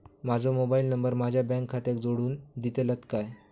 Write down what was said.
माजो mobile number माझ्या bank खात्याक जोडून दितल्यात काय?